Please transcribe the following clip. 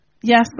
yes